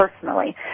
personally